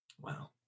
Wow